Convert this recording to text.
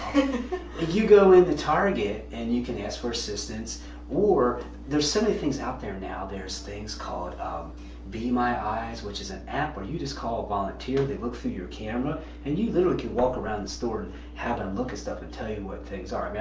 and you go into target and you can ask for assistance or there's so many things out there now there's things called um be my eyes, which is an app where you just call a volunteer they look through your camera and you literally can walk around the store and have them look at stuff and tell you what things are. yeah